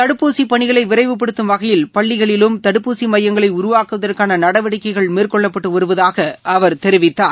தடுப்பூசி பணிகளை விரைவுபடுத்தும் வகையில் பள்ளிகளிலும் தடுப்பூசி மையங்களை உருவாக்குவதற்கான நடவடிக்கைகள் மேற்கொள்ளப்பட்டு வருவதாக அவர் தெரிவித்தார்